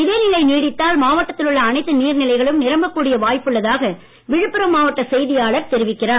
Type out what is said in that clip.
இதே நிலை நீடித்தால் மாவட்டத்திலுள்ள அனைத்து நீர்நிலைகளும் நிரம்பக் கூடிய வாய்ப்புள்ளதாக விழுப்புரம் மாவட்ட செய்தியாளர் தெரிவிக்கிறார்